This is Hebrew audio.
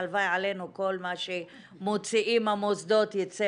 הלוואי עלינו שכל מה שמוציאים המוסדות ייצא